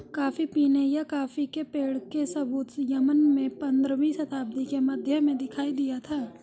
coffee पीने या coffee के पेड़ के सबूत यमन में पंद्रहवी शताब्दी के मध्य में दिखाई दिया था